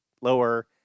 lower